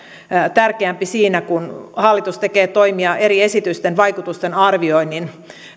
tärkeämpi kun hallitus tekee toimia eri esitysten vaikutusten arvioinnin